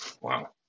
Wow